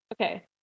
Okay